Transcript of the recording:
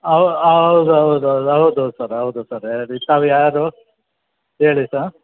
ಔ ಹೌದ್ ಹೌದ್ ಹೌದು ಹೌದು ಸರ್ ಹೌದು ಸರ್ ಅದೇ ತಾವು ಯಾರು ಹೇಳಿ ಸಾರ್